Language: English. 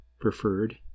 preferred